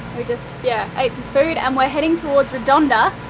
we just, yeah, ate some food and we're heading towards redonda.